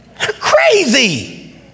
crazy